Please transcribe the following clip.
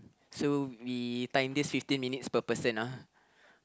so we time this fifteen minutes per person ah